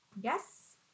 Yes